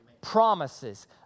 promises